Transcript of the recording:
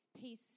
Peace